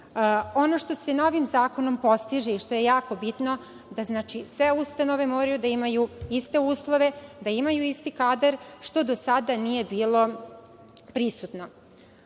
Ono što se novim zakonom postiže i što je jako bitno jeste da sve ustanove moraju da imaju iste uslove, da imaju isti kada, što do sada nije bilo prisutno. Takođe,